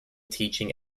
teaching